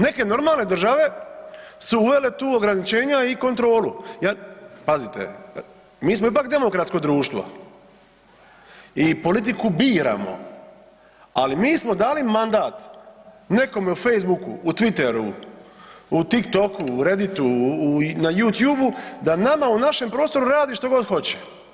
Neke normalne države su uvele tu ograničenja i kontrolu jer pazite, mi smo ipak demokratsko društvo i politiku biramo, ali mi smo dali mandat nekome u Facebooku, u Twitteru u TikToku u Redditu na YouTubeu da nama u našem prostoru rade što god hoće.